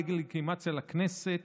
דה-לגיטימציה לכנסת,